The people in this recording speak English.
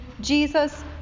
Jesus